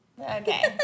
Okay